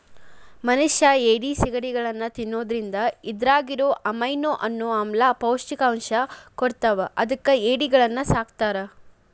ಮನಷ್ಯಾ ಏಡಿ, ಸಿಗಡಿಗಳನ್ನ ತಿನ್ನೋದ್ರಿಂದ ಇದ್ರಾಗಿರೋ ಅಮೈನೋ ಅನ್ನೋ ಆಮ್ಲ ಪೌಷ್ಟಿಕಾಂಶವನ್ನ ಕೊಡ್ತಾವ ಅದಕ್ಕ ಏಡಿಗಳನ್ನ ಸಾಕ್ತಾರ